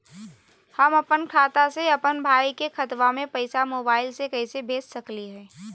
हम अपन खाता से अपन भाई के खतवा में पैसा मोबाईल से कैसे भेज सकली हई?